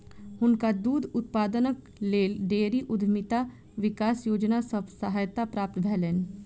हुनका दूध उत्पादनक लेल डेयरी उद्यमिता विकास योजना सॅ सहायता प्राप्त भेलैन